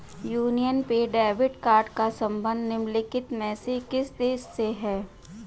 Union pay debit card का संबंध निम्नलिखित में से किस देश से है?